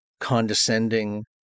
condescending